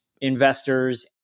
investors